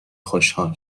خوشحال